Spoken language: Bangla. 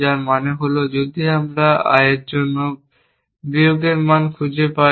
যার মানে হল যদি আমরা I এর জন্য বিয়োগের মান খুঁজে পাই